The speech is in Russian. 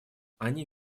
они